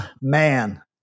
man